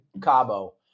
Cabo